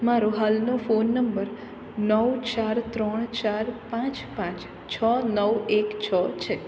મારો હાલનો phone number નવ ચાર ત્રણ ચાર પાંચ પાંચ છ નવ એક છ છે